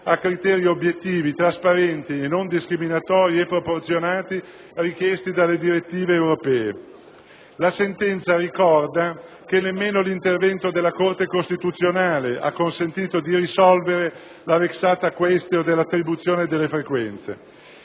a criteri obiettivi, trasparenti, non discriminatori e proporzionati, richiesti dalle direttive europee. La sentenza ricorda che nemmeno l'intervento della Corte costituzionale ha consentito di risolvere la *vexata quaestio* dell'attribuzione delle frequenze.